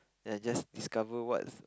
then I just discover what's